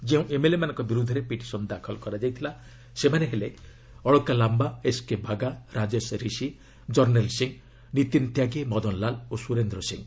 ଯେଉଁ ଏମ୍ଏଲ୍ଏମାନଙ୍କ ବିରୁଦ୍ଧରେ ପିଟିସନ୍ ଦାଖଲ ହୋଇଥିଲା ସେମାନେ ହେଲେ ଅଳକା ଲାମ୍ଘା ଏସ୍କେ ବାଗା ରାଜେଶ ରିଷି ଜର୍ଭ୍ଣେଲ୍ ସିଂ ନୀତିନ୍ ତ୍ୟାଗୀ ମଦନ୍ ଲାଲ୍ ଓ ସୁରେନ୍ଦ୍ର ସିଂ